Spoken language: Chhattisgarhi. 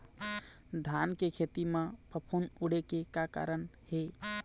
धान के खेती म फफूंद उड़े के का कारण हे?